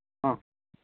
ᱦᱚᱸ